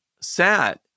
sad